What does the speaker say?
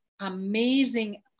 amazing